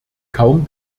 kaum